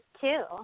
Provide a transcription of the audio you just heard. two